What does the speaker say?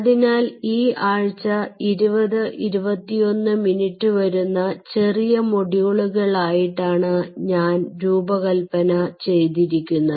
അതിനാൽ ഈ ആഴ്ച 20 21 മിനിറ്റ് വരുന്ന ചെറിയ മൊഡ്യൂളുകൾ ആയിട്ടാണ് ഞാൻ രൂപകല്പന ചെയ്തിരിക്കുന്നത്